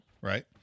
Right